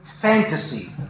fantasy